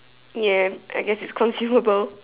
ya I guess it's consumable